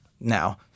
now